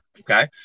Okay